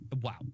wow